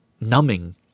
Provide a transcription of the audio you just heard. numbing